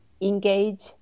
engage